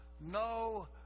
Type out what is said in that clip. no